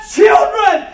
children